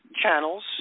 channels